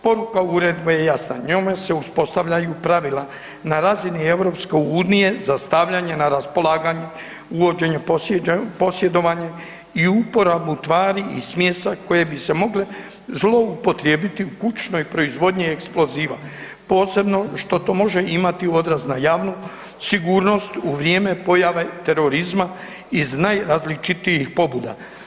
Poruke uredbe je jasna, njome se uspostavljaju pravila na razini EU-a za stavljanje na raspolaganje, uvođenje posjedovanja i uporabu tvari i smjesa koje bi se mogle zloupotrijebiti u kućnoj proizvodnji eksploziva posebno što to može imati odraz na javnu sigurnost u vrijeme pojave terorizma iz najrazličitijih pobuda.